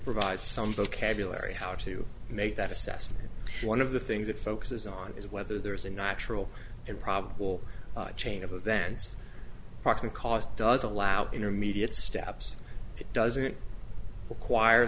provides some vocabulary how to make that assessment one of the things it focuses on is whether there is a natural improbable chain of events partly because does allow intermediate steps it doesn't require